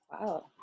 Wow